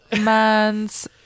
man's